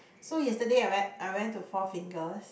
so yesterday I went I went to Four-Fingers